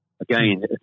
Again